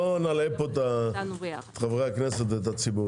לא נלאה את חברי הכנסת ואת הציבור.